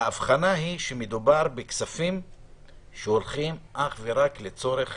ההבחנה היא שמדובר בכספים שהולכים רק לצורך